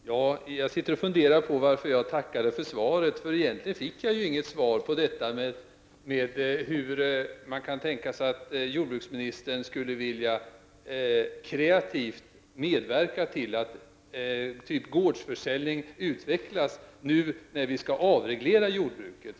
Herr talman! Jag funderar över varför jag tackade för svaret, för egentligen fick jag inget svar på frågan hur jordbruksministern skulle vilja kreativt medverka till att försäljning av typen gårdsförsäljning utvecklas, nu när vi skall avreglera jordbruket.